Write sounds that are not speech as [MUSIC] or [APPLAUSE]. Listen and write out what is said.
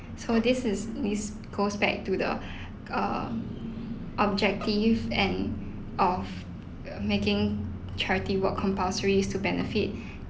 so this is this goes back to the [BREATH] err objective and of uh making charity work compulsory is to benefit [BREATH]